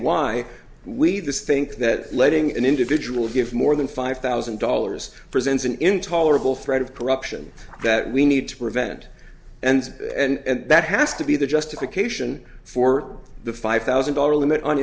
why we this think that letting an individual give more than five thousand dollars presents an intolerable threat of corruption that we need to prevent and and that has to be the justification for the five thousand dollars limit on